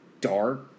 dark